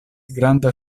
granda